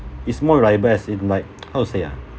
it's more reliable as in like how to say ah